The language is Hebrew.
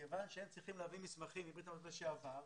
מכיוון שהם צריכים להביא מסמכים מברית המועצות לשעבר,